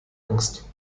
angst